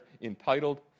entitled